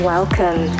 Welcome